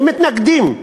שמתנגדות,